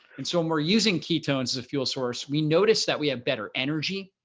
and so when we're using ketones as a fuel source, we noticed that we have better energy,